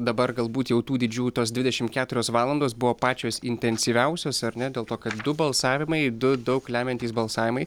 dabar galbūt jau tų didžių tos dvidešim keturios valandos buvo pačios intensyviausios ar ne dėl to kad du balsavimai du daug lemiantys balsavimai